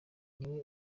niwe